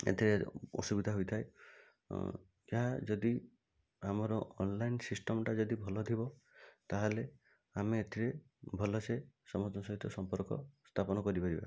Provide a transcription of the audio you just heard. ଏଥିରେ ଅସୁବିଧା ହୋଇଥାଏ ଯାହା ଯଦି ଆମର ଅନଲାଇନ୍ ସିଷ୍ଟମ୍ଟା ଯଦି ଭଲ ଥିବ ତା'ହେଲେ ଆମେ ଏଥିରେ ଭଲ ସେ ସମସ୍ତଙ୍କ ସହିତ ସମ୍ପର୍କ ସ୍ଥାପନ କରିପାରିବା